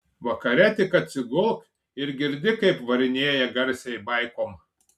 vakare tik atsigulk ir girdi kaip varinėja garsiai baikom